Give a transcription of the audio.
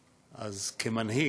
אז כמנהיג,